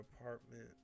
apartment